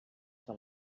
del